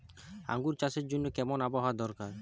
আঙ্গুর চাষের জন্য কেমন আবহাওয়া দরকার?